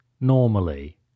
normally